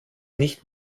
nicht